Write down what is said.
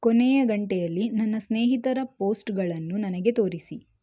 ಕೊನೆಯ ಗಂಟೆಯಲ್ಲಿ ನನ್ನ ಸ್ನೇಹಿತರ ಪೋಸ್ಟ್ಗಳನ್ನು ನನಗೆ ತೋರಿಸಿ